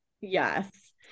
Yes